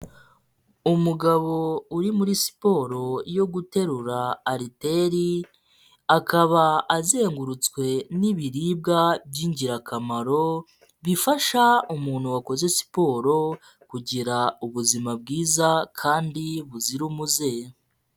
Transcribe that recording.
Umugabo uri muri siporo yo guterura ariteri, akaba azengurutswe n'ibiribwa by'ingirakamaro bifasha umuntu wakoze siporo kugira ubuzima bwiza kandi buzira umuze.